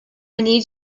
need